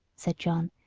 said john,